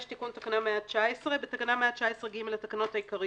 5. תיקון 119. בתקנה 119(ג) לתקנות העיקריות,